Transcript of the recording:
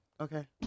Okay